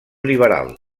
liberal